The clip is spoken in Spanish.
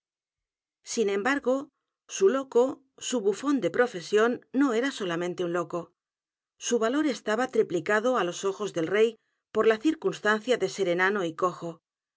g o su loco su bufón de profesión no e r a solamente un loco su valor estaba triplicado á los ojos del rey por la circunstancia de ser enano y cojo